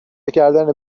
کردن